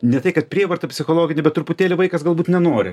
ne tai kad prievarta psichologinė bet truputėlį vaikas galbūt nenori